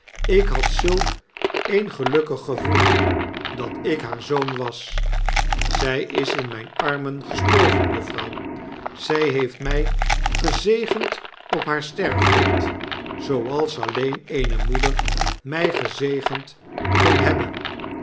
ik had zulk een gelukkig gevoel dat ik haar zoon was zy is in myn armen gestorven juffrouw zy heeft mij gezegend op haar sterfbed zooals alleen eene moeder mij gezegend kon hebben